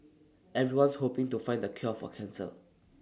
everyone's hoping to find the cure for cancer